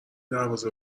دربازه